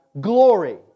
glory